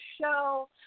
show